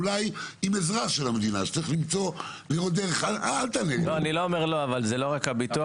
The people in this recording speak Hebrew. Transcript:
אולי עם עזרה של המדינה --- זה לא רק הביטוח,